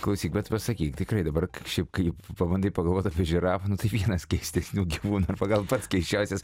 klausyk bet pasakyk tikrai dabar šiaip kaip pabandai pagalvot apie žirafą nu tai vienas keistesnių gyvūnų arba gal pats keisčiausias